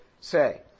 say